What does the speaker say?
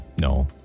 no